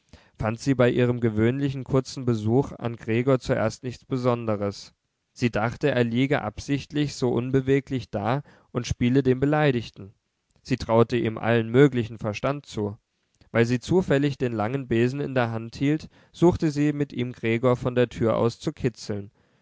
fand sie bei ihrem gewöhnlichen kurzen besuch an gregor zuerst nichts besonderes sie dachte er liege absichtlich so unbeweglich da und spiele den beleidigten sie traute ihm allen möglichen verstand zu weil sie zufällig den langen besen in der hand hielt suchte sie mit ihm gregor von der tür aus zu kitzeln